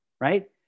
right